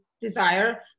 desire